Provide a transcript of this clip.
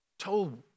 told